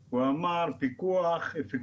שגוף שמטפל בנושא של אישור של תיק